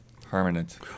Permanent